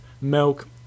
milk